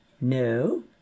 no